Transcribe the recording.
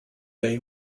they